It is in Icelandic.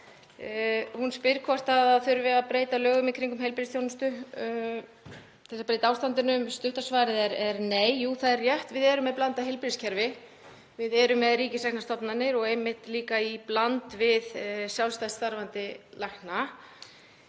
Hún spyr hvort það þurfi að breyta lögum í kringum heilbrigðisþjónustu til að breyta ástandinu. Stutta svarið er nei. Jú, það er rétt, við erum með blandað heilbrigðiskerfi; við erum með ríkisreknar stofnanir í bland við sjálfstætt starfandi lækna.